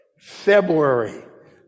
February